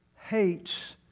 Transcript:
hates